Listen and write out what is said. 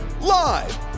Live